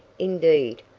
indeed,